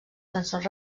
cançons